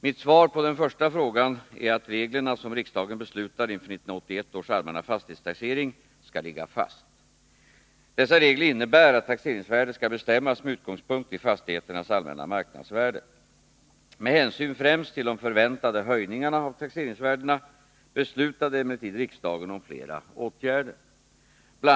Mitt svar på den första frågan är att reglerna som riksdagen föreskrev inför 1981 års allmänna fastighetstaxering skall ligga fast. Dessa regler innebär att taxeringsvärdet skall bestämmas med utgångspunkt i fastigheternas allmänna marknadsvärde. Med hänsyn främst till de förväntade höjningarna av taxeringsvärdena beslutade emellertid riksdagen om flera åtgärder. BI.